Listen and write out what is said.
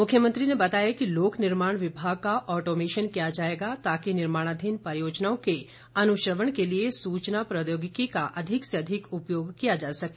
मुख्यमंत्री ने बताया कि लोक निर्माण विभाग का ऑटोमेशन किया जाएगा ताकि निर्माणाधीन परियोजनाओं के अनुश्रवण के लिए सूचना प्रौद्योगिकी का अधिक से अधिक उपयोग किया जा सके